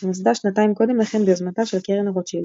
שנוסדה שנתיים קודם לכן ביוזמתה של קרן רוטשילד.